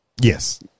Yes